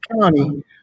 County